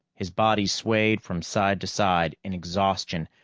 his body swayed from side to side in exhaustion,